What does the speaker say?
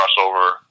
crossover